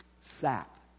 sap